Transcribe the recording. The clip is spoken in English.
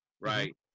Right